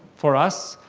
for us,